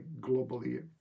globally